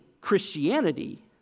Christianity